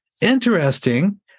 Interesting